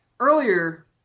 Earlier